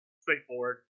straightforward